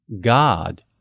God